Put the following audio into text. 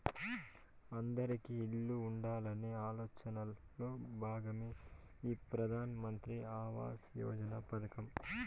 అందిరికీ ఇల్లు ఉండాలనే ఆలోచనలో భాగమే ఈ ప్రధాన్ మంత్రి ఆవాస్ యోజన పథకం